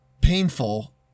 painful